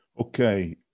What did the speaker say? Okay